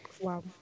Wow